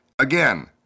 Again